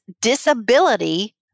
disability